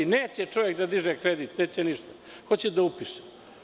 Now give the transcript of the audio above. Neće čovek da diže kredit, neće ništa, hoće da upiše.